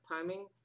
timing